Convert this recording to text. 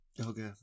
Okay